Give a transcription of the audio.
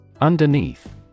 Underneath